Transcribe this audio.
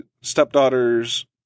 stepdaughter's